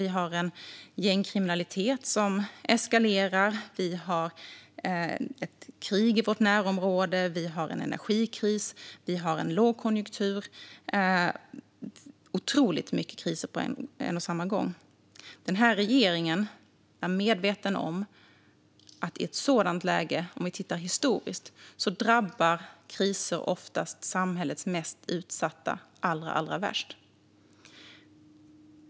Vi har en gängkriminalitet som eskalerar, vi har ett krig i vårt närområde, vi har en energikris och vi har en lågkonjunktur. Det är otroligt många kriser på en och samma gång. Regeringen är medveten om att kriser i ett sådant läge, ifall vi tittar historiskt, oftast drabbar samhällets mest utsatta allra värst.